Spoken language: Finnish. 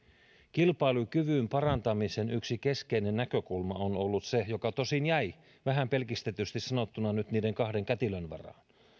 kilpailukyvyn parantamisen yksi keskeinen näkökulma on ollut se mikä tosin jäi vähän pelkistetysti sanottuna nyt niiden kahden kätilön varaan